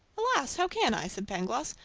alas! how can i? said pangloss,